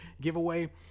giveaway